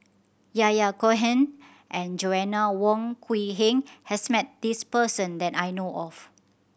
Yahya Cohen and Joanna Wong Quee Heng has met this person that I know of